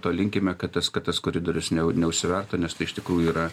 to linkime kad tas kad tas koridorius neu neužsivertų nes iš tikrųjų yra